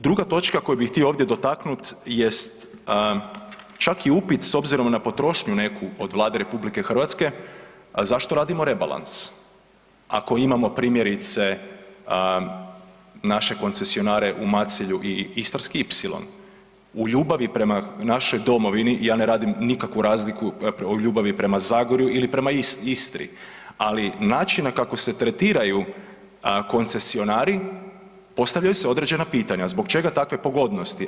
Druga točka koju bi htio ovdje dotaknuti jest čak i upit s obzirom na potrošnju neku od Vlade RH, zašto radimo rebalans, ako imamo primjerice naše koncesionare u Macelju i istarski ipsilon, u ljubavi prema našoj domovini ja ne radim nikakvu razliku u ljubavi prema Zagorju ili prema Istri, ali načine kako se tretiraju koncesionari postavljaju se određena pitanja, zbog čega takve pogodnosti.